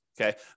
Okay